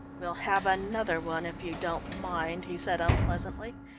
we'll have another one, if you don't mind, he said unpleasantly,